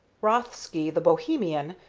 rothsky, the bohemian,